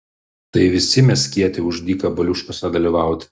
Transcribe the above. tai visi mes kieti už dyka baliuškose dalyvauti